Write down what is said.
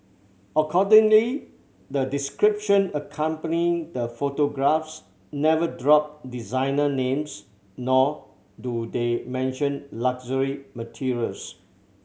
accordingly the description accompanying the photographs never drop designer names nor do they mention luxury materials